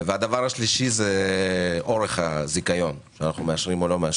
והדבר השלישי זה אורך הזיכיון אנחנו מאשרים או לא.